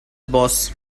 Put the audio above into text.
boss